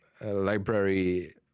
library